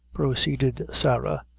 proceeded sarah,